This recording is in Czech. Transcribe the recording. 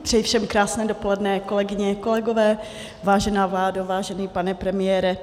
Přeji všem krásné dopoledne, kolegyně, kolegové, vážená vládo, vážený pane premiére.